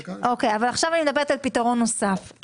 אבל עכשיו אני מדברת על פתרון נוסף.